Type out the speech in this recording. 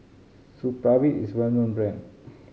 Supravit is a well known brand